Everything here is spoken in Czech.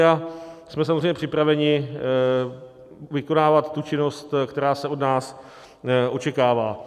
A jsme samozřejmě připraveni vykonávat činnost, která se od nás očekává.